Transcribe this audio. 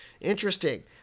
Interesting